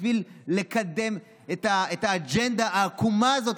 בשביל לקדם את האג'נדה העקומה הזאת,